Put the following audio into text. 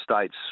states